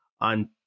On